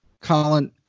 Colin